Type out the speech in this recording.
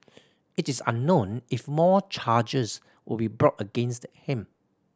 it is unknown if more charges will be brought against him